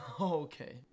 Okay